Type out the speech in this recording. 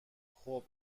خوب